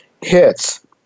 hits